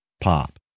pop